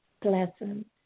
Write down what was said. pleasant